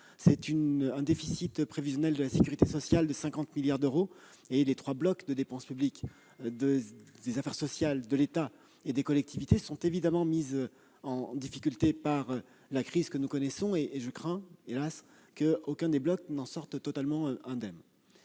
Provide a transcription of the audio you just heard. Quant au déficit prévisionnel de la sécurité sociale, il s'élève à 50 milliards d'euros. Autrement dit, les trois blocs de dépenses publiques, affaires sociales, État, collectivités, sont évidemment mis en difficulté par la crise que nous connaissons, et je crains qu'hélas aucun des blocs n'en sorte totalement indemne.